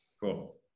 Cool